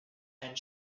and